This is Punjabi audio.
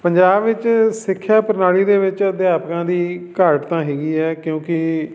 ਪੰਜਾਬ ਵਿੱਚ ਸਿੱਖਿਆ ਪ੍ਰਣਾਲੀ ਦੇ ਵਿੱਚ ਅਧਿਆਪਕਾਂ ਦੀ ਘਾਟ ਤਾਂ ਹੈਗੀ ਹੈ ਕਿਉਂਕਿ